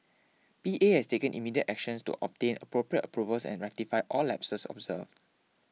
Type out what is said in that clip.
P A has taken immediate actions to obtain appropriate approvals and rectify all lapses observed